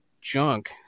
junk